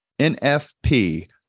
NFP